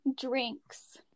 drinks